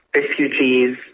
refugees